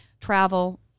travel